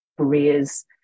careers